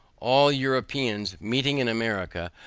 all europeans meeting in america,